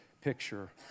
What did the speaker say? picture